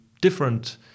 different